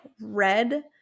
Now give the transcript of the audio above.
red